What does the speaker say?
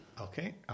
Okay